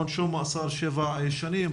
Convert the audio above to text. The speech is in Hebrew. עונשו מאסר שבע שנים",